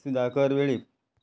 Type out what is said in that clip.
Sudhakar Velip